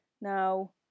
Now